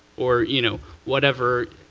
or you know whatever,